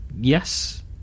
yes